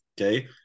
Okay